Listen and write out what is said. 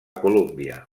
columbia